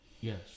Yes